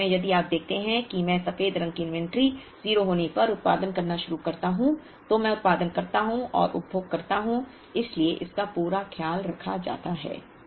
उसी ग्राफ में यदि आप देखते हैं कि मैं सफेद रंग की इन्वेंट्री 0 होने पर उत्पादन करना शुरू करता हूं तो मैं उत्पादन करता हूं और उपभोग करता हूं इसलिए इसका पूरा ख्याल रखा जाता है